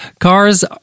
Cars